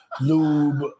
lube